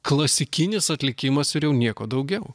klasikinis atlikimas ir jau nieko daugiau